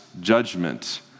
judgment